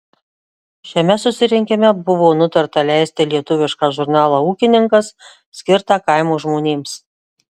šiame susirinkime buvo nutarta leisti lietuvišką žurnalą ūkininkas skirtą kaimo žmonėms